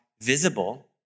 visible